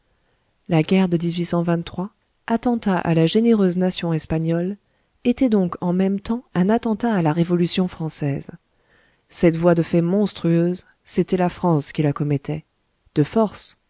la guerre de attentat à la généreuse nation espagnole était donc en même temps un attentat à la révolution française cette voie de fait monstrueuse c'était la france qui la commettait de force